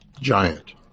giant